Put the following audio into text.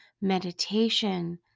meditation